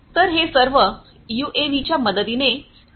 तर हे सर्व यूएव्हीच्या मदतीने केले जाऊ शकते